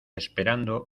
esperando